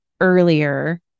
earlier